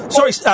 Sorry